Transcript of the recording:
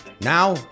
Now